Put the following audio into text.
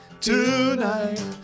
Tonight